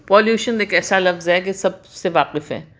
pollution ایک ایسا لفظ ہے کہ سب سے واقف ہے